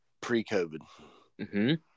pre-COVID